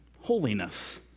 holiness